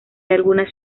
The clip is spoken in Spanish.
algunas